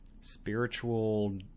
spiritual